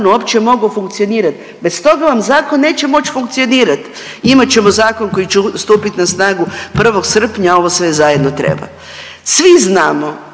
uopće mogao funkcionirati. Bez toga vam zakon neće moći funkcionirati. Imat ćemo zakon koji će stupiti na snagu 1. srpnja, a ovo sve zajedno treba. Svi znamo